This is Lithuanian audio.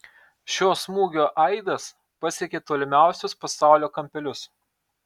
šio smūgio aidas pasiekė tolimiausius pasaulio kampelius